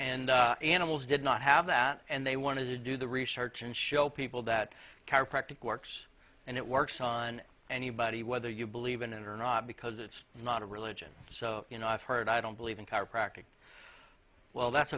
and animals did not have that and they want to do the research and show people that chiropractic works and it works on anybody whether you believe in it or not because it's not a religion so you know i've heard i don't believe in chiropractic well that's